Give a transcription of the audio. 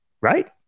Right